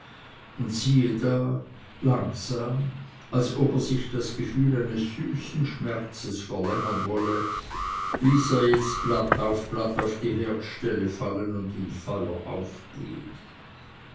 und siehe da langsam als ob er sich das gefühl eines süßen schmerzes verlängern wolle ließ er jetzt blatt auf blatt auf die herdstelle fallen und in feuer aufgehen